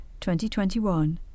2021